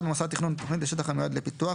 במוסד תכנון תוכנית לשטח המיועד לפיתוח,